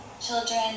Children